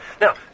Now